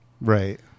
Right